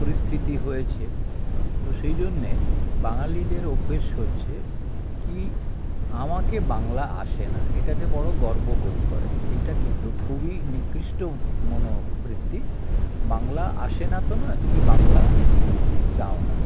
পরিস্থিতি হয়েছে তো সেই জন্যে বাঙালিদের অভ্যেস হচ্ছে কী আমাকে বাংলা আসে না এটাতে বড় গর্ব বোধ করে এইটা কিন্তু খুবই নিকৃষ্ট মনোবৃত্তি বাংলা আসে না তো নয় তুমি বাংলা বলতে চাও না